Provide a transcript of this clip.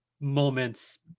moments